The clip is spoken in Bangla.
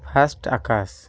ফার্স্ট আকাশ